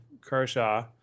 Kershaw